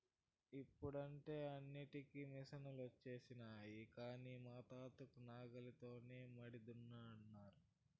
ఇప్పుడంటే అన్నింటికీ మిసనులొచ్చినాయి కానీ మా తాతలు నాగలితోనే మడి దున్నినారు